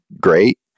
great